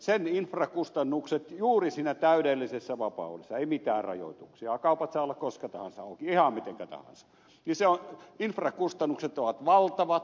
sen infrakustannukset juuri siinä täydellisessä vapaudessa ei mitään rajoituksia kaupat saavat olla koska tahansa auki ihan mitenkä tahansa ovat valtavat